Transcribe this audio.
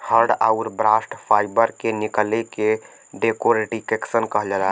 hurd आउर bast fibre के निकले के डेकोर्टिकेशन कहल जाला